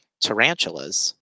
tarantulas